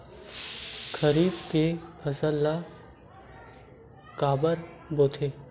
खरीफ के फसल ला काबर बोथे?